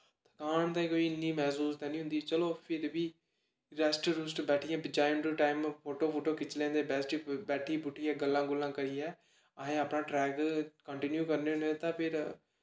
थकान ते कोई इन्नी मैसूस ते निं होंदी चलो फिर बी रैस्ट रुस्ट बैठियै टाइम टू टाइम फोटो फाटो खिच्ची लैंदे बैठी बूठियै गल्लां गुल्लां करियै असें अपना ट्रैक कांटिन्यू करने होन्ने ते फिर